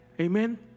amen